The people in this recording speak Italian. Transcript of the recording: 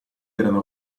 erano